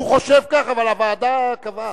הוא חושב כך, אבל הוועדה קבעה.